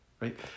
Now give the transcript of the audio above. right